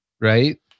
right